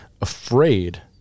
Afraid